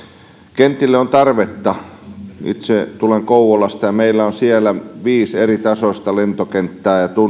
kentille on tarvetta itse tulen kouvolasta ja meillä on siellä viisi eritasoista lentokenttää ja